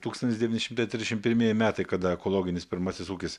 tūkstantis devyni šimtai trišim pirmieji metai kada ekologinis pirmasis ūkis